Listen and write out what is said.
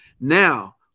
Now